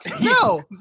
No